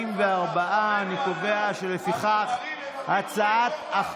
44. לפיכך אני קובע שהצעת החוק,